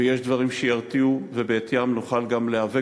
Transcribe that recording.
ויש דברים שירתיעו ובאמצעותם נוכל גם להיאבק